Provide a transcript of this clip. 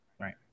Right